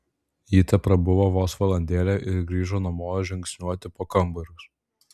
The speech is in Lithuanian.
ji teprabuvo vos valandėlę ir grįžo namo žingsniuoti po kambarius